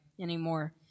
anymore